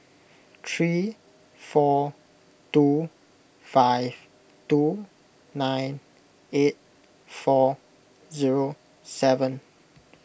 three four two five two nine eight four zero seven